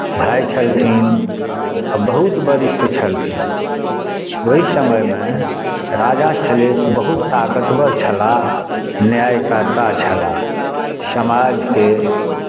भाय छलथिन आ बहुत वरिष्ठ छलखिन ओहि समयमे राजा सलहेश बहुत ताकतवर छलाह न्यायकर्ता छलाह समाजके